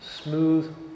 smooth